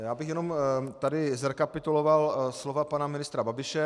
Já bych jenom tady zrekapituloval slova pana ministra Babiše.